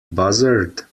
buzzard